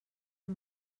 amb